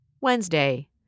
Wednesday